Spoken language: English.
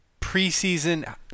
preseason